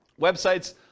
websites